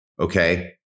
Okay